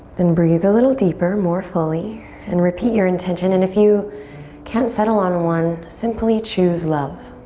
then breathe a little deeper, more fully and repeat your intention and if you can't settle on one, simply choose love.